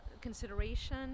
consideration